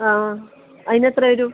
ആ അതിന് എത്ര വരും